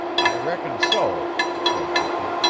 i reckon so, said dicky.